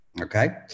Okay